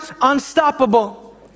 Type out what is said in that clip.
unstoppable